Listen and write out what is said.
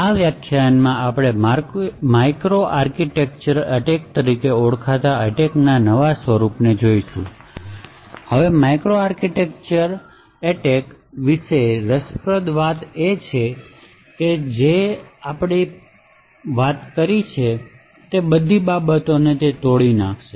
આ વ્યાખ્યાનમાં આપણે માઇક્રો આર્કિટેક્ચરલ એટેક તરીકે ઓળખાતા એટેકના નવા સ્વરૂપને જોશું હવે માઇક્રો આર્કિટેક્ચરલ એટેક વિશેની રસપ્રદ વાત એ છે કે તે જેની આપણે વાત કરી છે એ બધી બાબતોને તોડી શકે છે